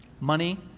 money